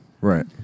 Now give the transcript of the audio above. Right